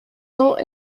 cents